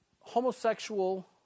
homosexual